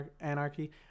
anarchy